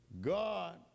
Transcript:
God